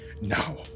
Now